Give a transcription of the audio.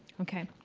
okay.